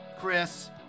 Chris